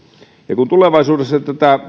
kun tulevaisuudessa